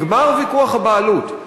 נגמר ויכוח הבעלות.